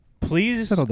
Please